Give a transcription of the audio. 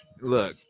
Look